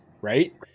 Right